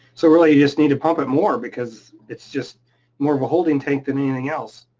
so really you just need to pump it more because it's just more of a holding tank than anything else.